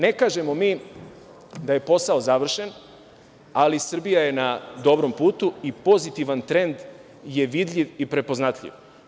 Ne kažemo da je posao završen, ali Srbija je na dobrom putu i pozitivan trend je vidljiv i prepoznatljiv.